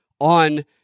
on